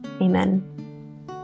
Amen